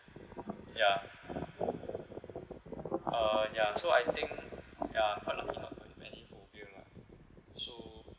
ya uh ya so I think ya any phobia lah so